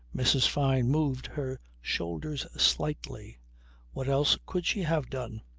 mrs. fyne moved her shoulders slightly what else could she have done?